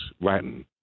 Latin